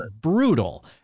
brutal